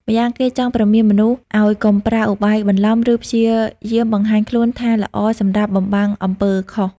ម្យ៉ាងគេចង់ព្រមានមនុស្សឲ្យកុំប្រើឧបាយបន្លំ ឬព្យាយាមបង្ហាញខ្លួនថាល្អសម្រាប់បំបាំងអំពើខុស។